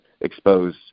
expose